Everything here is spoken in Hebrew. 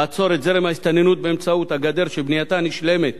לעצור את זרם ההסתננות באמצעות הגדר שבנייתה נשלמת